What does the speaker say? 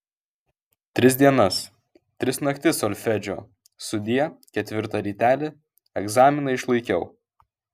tris dienas tris naktis solfedžio sudie ketvirtą rytelį egzaminą išlaikiau